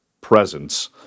presence